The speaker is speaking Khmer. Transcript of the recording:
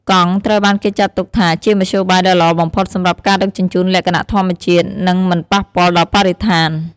កង់ត្រូវបានគេចាត់ទុកថាជាមធ្យោបាយដ៏ល្អបំផុតសម្រាប់ការដឹកជញ្ជូនលក្ខណៈធម្មជាតិ និងមិនប៉ះពាល់ដល់បរិស្ថាន។